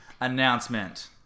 announcement